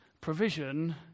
provision